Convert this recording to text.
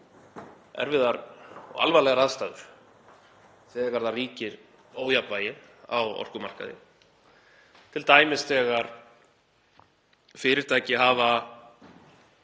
erfiðar og alvarlegar aðstæður þegar það ríkir ójafnvægi á orkumarkaði, t.d. þegar fyrirtæki hafa